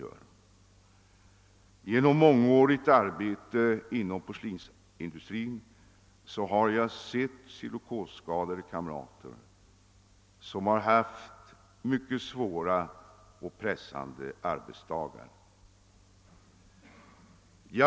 Under mångårigt arbete inom porslinsindustrin har jag sett många silikosskadade kamrater, som haft mycket svåra och pressande arbetsdagar.